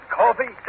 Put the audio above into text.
coffee